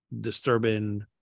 disturbing